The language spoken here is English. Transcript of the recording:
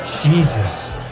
Jesus